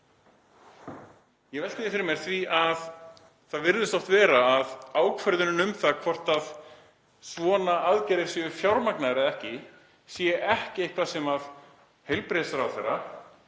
Ég velti því fyrir mér að það virðist oft vera að ákvörðunin um það hvort svona aðgerðir séu fjármagnaðar eða ekki sé ekki eitthvað sem heilbrigðisráðherra